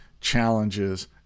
challenges